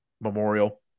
Memorial